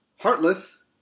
Heartless